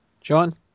John